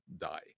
die